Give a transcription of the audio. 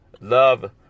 love